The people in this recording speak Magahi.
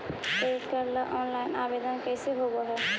क्रेडिट कार्ड ल औनलाइन आवेदन कैसे होब है?